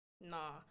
nah